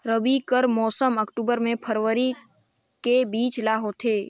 रबी कर मौसम अक्टूबर से फरवरी के बीच ल होथे